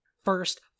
First